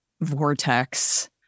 vortex